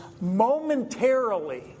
momentarily